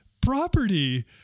property